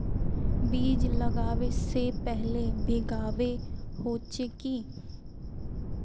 बीज लागबे से पहले भींगावे होचे की?